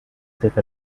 take